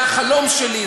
זה החלום שלי,